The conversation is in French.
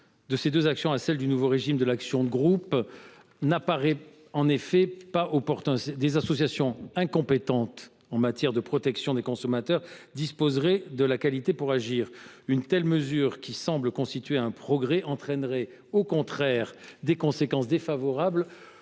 de ces deux actions à celle du nouveau régime de l’action de groupe n’apparaît en effet pas opportun, puisque des associations incompétentes en matière de protection des consommateurs disposeraient alors de la qualité pour agir. Une telle mesure, qui semble constituer un progrès, entraînerait au contraire des conséquences défavorables